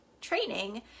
training